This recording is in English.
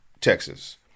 Texas